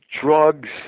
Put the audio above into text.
drugs